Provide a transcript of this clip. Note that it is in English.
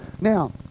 Now